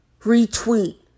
retweet